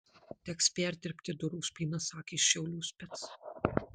teks perdirbti durų spynas sakė šiaulių spec